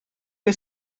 què